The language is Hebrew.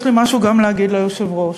יש לי משהו להגיד גם ליושב-ראש: